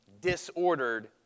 disordered